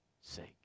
sake